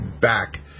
back